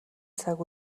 цаг